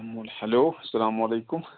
hello السلامُ علیکُم